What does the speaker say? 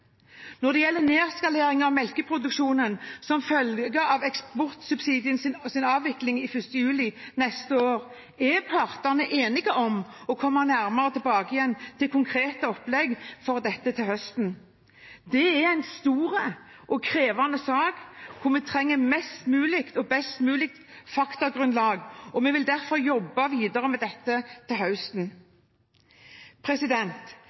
Når det gjelder nedskaleringen av melkeproduksjonen som følge av at eksportsubsidiene avvikles 1. juli neste år, er partene enige om å komme nærmere tilbake til det konkrete opplegget for dette til høsten. Dette er en stor og krevende sak, hvor vi trenger mest mulig og best mulig faktagrunnlag, og vi vil derfor jobbe videre med dette til